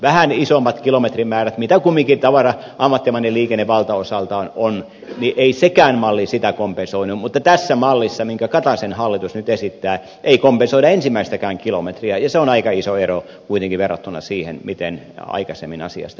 vähän isompia kilometrimääriä mitä kumminkin ammattimainen liikenne valtaosaltaan on ei sekään malli kompensoinut mutta tässä mallissa minkä kataisen hallitus nyt esittää ei kompensoida ensimmäistäkään kilometriä ja se on aika iso ero kuitenkin verrattuna siihen miten aikaisemmin asiasta päätettiin